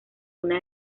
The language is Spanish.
una